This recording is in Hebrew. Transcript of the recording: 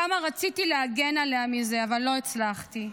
כמה רציתי להגן עליה מזה, אבל לא הצלחתי.